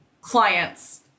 clients